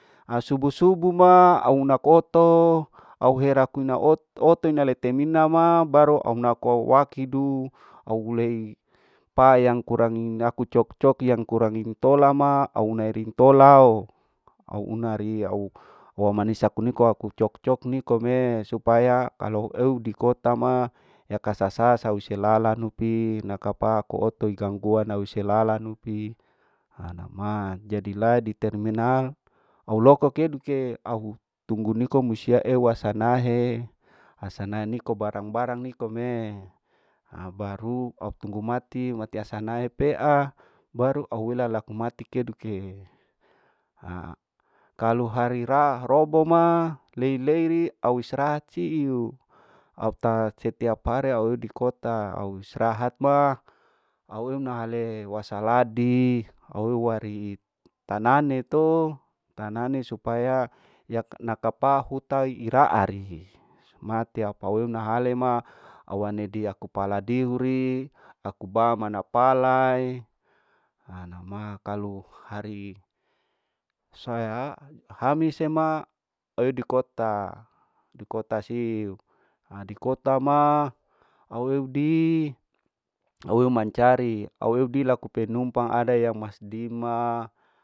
Asubu subu ma au naku oto au heraku ina ot oto inai letemina ma baru au hunaku au wakidu au hulei pa yang kurang ngaku cok cok yang kurang intola ma au herin tolao, au una ri au manisa kuniko aku cok cok nikome supaya kalau eu dikota ma yakasasa sau selalanu pi nakapa ku oto ikang kua nau selalanu pi hanama jadi la diterminal loko keduke au tunggu niku musia ewa sanahe, ha sanahe niko barang barang nikome, aa baru au tunggu mati mati asanae pea bau au wela laku mati keduke, aa kalau hari ra robo ma lei leiri au strahat siu au ta setiap hari au eu dikota au strahat ma au una ale wasaladi au we wari tanane to, tanane supaya yak naka pahu tai iraarihi. matia paweuna hale ma awanedia kupala dihuri aku ba mana palai hanama kalu hari saiha hamis sema eu dikota, dikota siu, ha dikota ma au eu dii au eu mancari au eu di laku penumpang ada yang masdima.